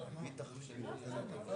אתה ביקשת ממני להמתין עם הדיבור,